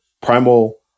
primal